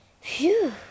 Phew